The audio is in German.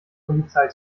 polizei